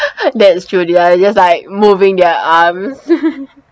that is true they are just like moving their arms